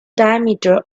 diameter